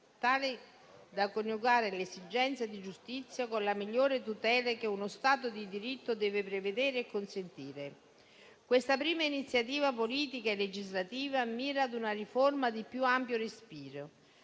tale da coniugare le esigenze di giustizia con le migliori tutele che uno Stato di diritto deve prevedere e consentire. Questa prima iniziativa politica e legislativa mira ad una riforma di più ampio respiro,